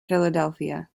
philadelphia